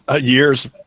years